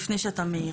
לפני שאתה מעיר.